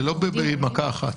זה לא במכה אחת.